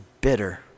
bitter